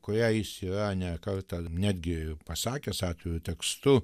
kurią jis yra ne kartą netgi pasakęs atviru tekstu